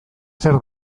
zer